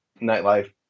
nightlife